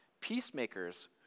Peacemakers